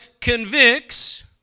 convicts